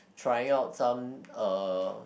trying out some uh